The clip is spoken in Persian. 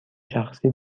شخصی